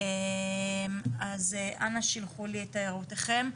אז אנא שלחו לי את הערותיכם.